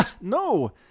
No